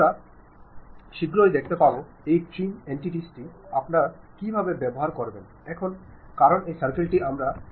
അതിനാൽ ഗ്രേപ്പ്വൈൻ ലൂടെ ലഭിക്കുന്ന ആശയവിനിമയം വളരെ ശ്രദ്ധാപൂർവ്വം എടുക്കാൻ നിങ്ങൾ പരമാവധി ശ്രമിക്കണം